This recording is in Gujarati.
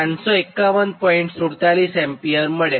47 એમ્પિયર મળે